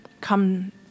come